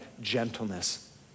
gentleness